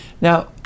Now